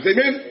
Amen